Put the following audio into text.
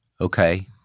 Okay